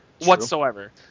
whatsoever